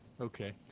Okay